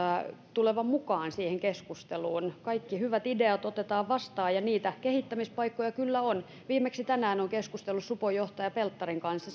tulevan mukaan siihen keskusteluun kaikki hyvät ideat otetaan vastaan ja niitä kehittämispaikkoja kyllä on viimeksi tänään olen keskustellut supon johtajan pelttarin kanssa